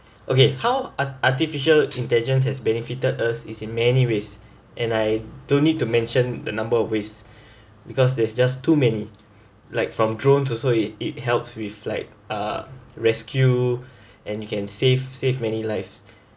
okay how ar~ artificial intelligence has benefited us is in many ways and I don't need to mention the number of ways because there's just too many like from drones also it it helps with like uh rescue and you can save save many lives